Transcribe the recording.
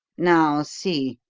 now see!